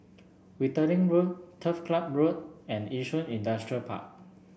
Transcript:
Wittering Road Turf Ciub Road and Yishun Industrial Park